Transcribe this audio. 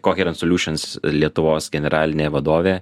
koheren soliušens lietuvos generalinė vadovė